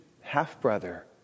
half-brother